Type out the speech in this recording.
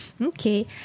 Okay